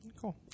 Cool